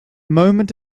moment